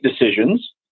decisions